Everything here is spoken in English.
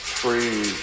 free